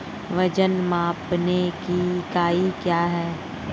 वजन मापने की इकाई क्या है?